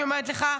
אני אומרת לך,